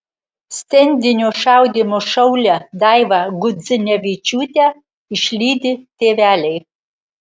stendinio šaudymo šaulę daivą gudzinevičiūtę išlydi tėveliai